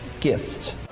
gift